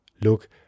Look